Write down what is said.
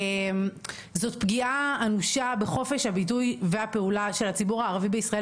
זאת פגיעה אנושה בחופש הביטוי והפעולה של הציבור הערבי בישראל,